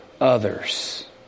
others